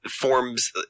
Forms